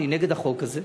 אני נגד החוק הזה,